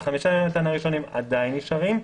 החמישה ימי המתנה הראשונים עדיין נשארים.